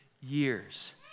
years